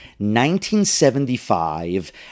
1975